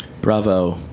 Bravo